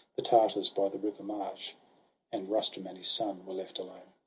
the tartars by the river marge and rustum and his son were left alone.